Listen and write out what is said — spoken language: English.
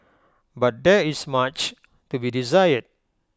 but there is much to be desired